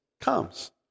comes